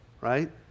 Right